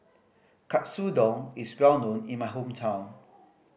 katsudon is well known in my hometown